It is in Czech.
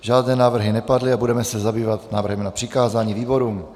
Žádné návrhy nepadly a budeme se zabývat návrhem na přikázání výborům.